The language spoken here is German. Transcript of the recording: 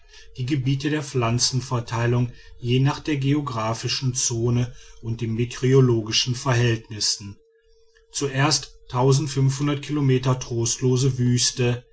die gebiete der pflanzenverteilung je nach der geographischen zone und den meteorologischen verhältnissen zuerst kilometer trostlose wüste